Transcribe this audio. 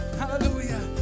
hallelujah